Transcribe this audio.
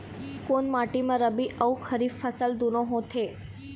कोन माटी म रबी अऊ खरीफ फसल दूनों होत हे?